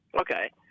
Okay